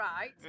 right